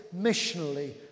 missionally